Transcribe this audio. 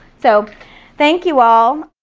so thank you all.